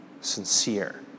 sincere